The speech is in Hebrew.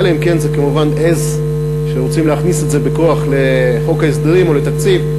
אלא אם כן זה עז שרוצים להכניס בכוח לחוק ההסדרים או לתקציב.